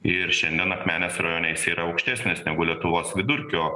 ir šiandien akmenės rajone jisai yra aukštesnis negu lietuvos vidurkio